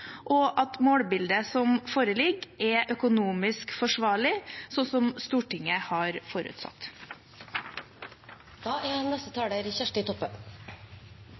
og at målbildet som foreligger, er økonomisk forsvarlig, slik Stortinget har